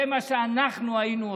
זה מה שאנחנו היינו עושים.